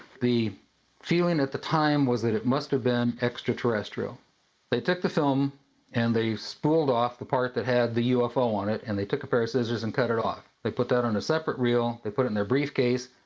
the feeling at the time was that it must have been extraterrestial they took the film and they spooled off the part, that had the ufo on it and they took a pair of scissors and cut it off, they put that on a separate roll, they put it in the briefcase,